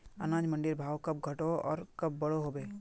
अनाज मंडीर भाव कब घटोहो आर कब बढ़ो होबे?